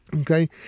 Okay